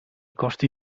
costi